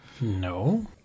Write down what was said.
No